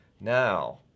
now